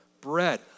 bread